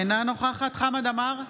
אינה נוכחת חמד עמאר,